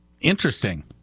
Interesting